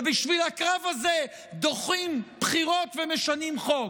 ובשביל הקרב הזה דוחים בחירות ומשנים חוק,